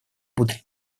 будут